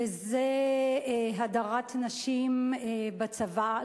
וזה הדרת נשים בצבא,